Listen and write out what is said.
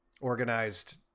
organized